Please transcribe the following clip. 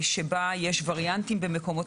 שגם בזה יש בעיה כי לא בהכרח החקירות